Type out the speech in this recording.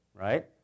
right